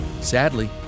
Sadly